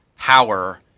power